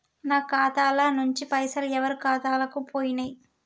నా ఖాతా ల నుంచి పైసలు ఎవరు ఖాతాలకు పోయినయ్?